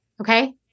okay